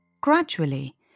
Gradually